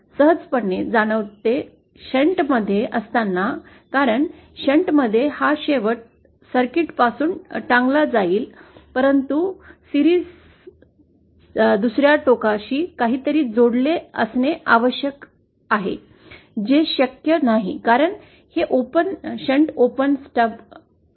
हे सहजपणे जाणवते शंट मध्ये असताना कारण शंट मध्ये हा शेवट सर्किट पासून टांगला जाईल परंतु मालिकेत दुसर्या टोकाशी काहीतरी जोडलेले असणे आवश्यक आहे जे शक्य नाही कारण हे ओपन शंट ओपन स्टब आहे